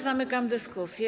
Zamykam dyskusję.